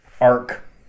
arc